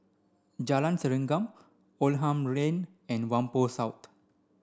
Jalan Serengam Oldham Lane and Whampoa South